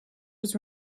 was